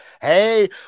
Hey